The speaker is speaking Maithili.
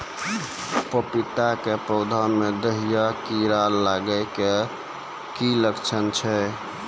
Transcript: पपीता के पौधा मे दहिया कीड़ा लागे के की लक्छण छै?